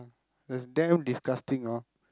that's damn disgusting ah